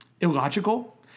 illogical